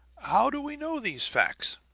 how do we know these facts?